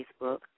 Facebook